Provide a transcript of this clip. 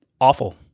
awful